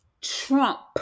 Trump